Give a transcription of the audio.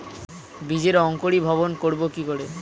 বীজের অঙ্কোরি ভবন করব কিকরে?